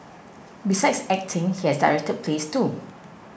besides acting he has directed plays too